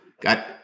Got